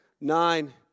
nine